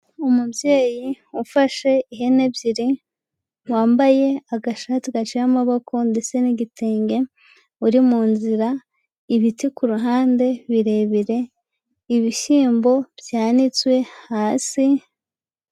Umubyeyi ufashe ihene ebyiri wambaye agashati gaciye amaboko ,ndetse n'igitenge uri mu nzira ibiti ku ruhande birebire ibishyimbo byanitswe hasi.